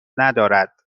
ندارد